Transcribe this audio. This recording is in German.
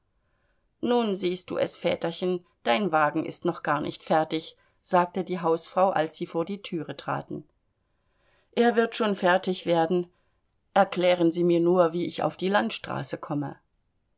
nun siehst du es väterchen dein wagen ist noch gar nicht fertig sagte die hausfrau als sie vor die türe traten er wird schon fertig werden erklären sie mir nur wie ich auf die landstraße komme